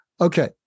okay